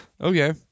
Okay